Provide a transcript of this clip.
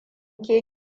ke